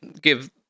give